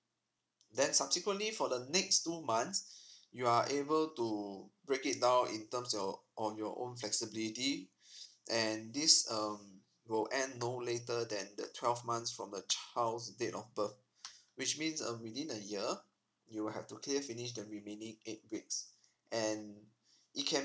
then subsequently for the next two months you are able to break it down in terms or on your own flexibility and this um will end no later than the twelve months from the child's date of birth which means uh within a year you have to clear finish the remaining eight weeks and it can